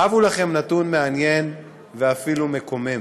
הינה נתון מעניין ואפילו מקומם: